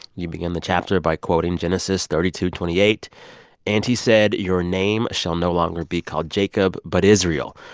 you begin the chapter by quoting genesis thirty two twenty eight point and he said, your name shall no longer be called jacob but israel,